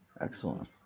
Excellent